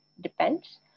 depends